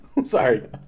Sorry